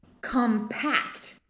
compact